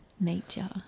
nature